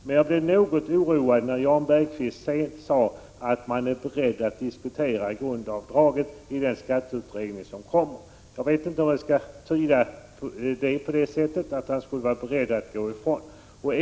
Men jag blev något oroad när Jan Bergqvist sade att man var beredd att diskutera grundavdraget i den utredning som kommer. Jag vet inte om jag skall tyda detta på det sättet att man skulle vara beredd att gå ifrån detta.